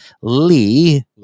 Lee